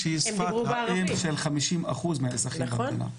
ערבית זו שפת אם של חמישים אחוז מהאנשים במדינה.